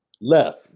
Left